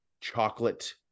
chocolate